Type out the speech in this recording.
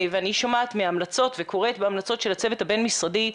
ואני שומעת מהמלצות וקוראת מהמלצות של הצוות הבין משרדי,